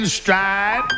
stride